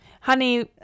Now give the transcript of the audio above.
Honey